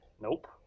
nope